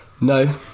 No